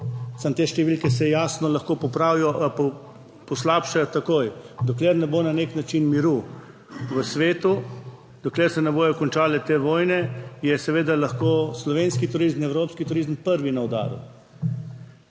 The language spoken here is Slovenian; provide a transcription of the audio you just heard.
Samo te številke se jasno lahko poslabšajo takoj. Dokler ne bo na nek način miru v svetu, dokler se ne bodo končale te vojne, je seveda lahko slovenski turizem in evropski turizem prvi na udaru.